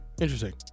Interesting